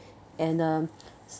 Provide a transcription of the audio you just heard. and um